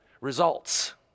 results